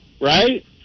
right